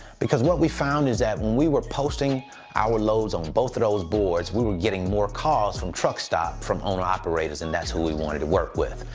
because what we found is that we were posting our loads on both of those boards, we were getting more calls from truckstop from owner operators, and that's who we wanted to work with.